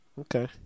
okay